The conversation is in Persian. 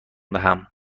دهم